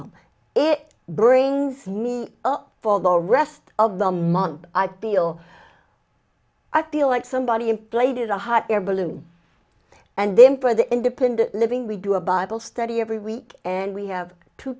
home it brings me up for the rest of the month i feel i feel like somebody's in played a hot air balloon and then for the independent living we do a bible study every week and we have to